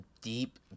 deep